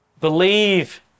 Believe